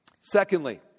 Secondly